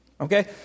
Okay